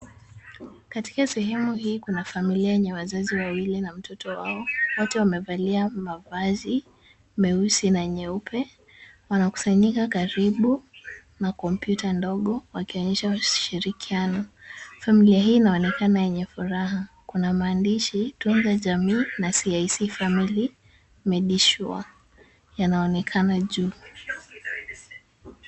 Katika sehemu hii kuna familia nyenye wazazi wawili na mtoto wao, wote wamevalia mavazi meusi na nyeupe. Wana kusanyika karibu na computer ndogo, wakionyesha ushirikiano. Familia hii inaonekana yenye furaha. Kuna maandishi: Tunza jamii na CIC family Medisure. Yanaonekana juu.